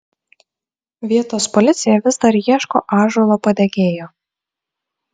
vietos policija vis dar ieško ąžuolo padegėjo